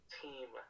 team